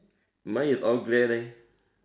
mine is all grey leh